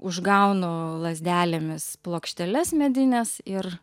užgaunu lazdelėmis plokšteles medines ir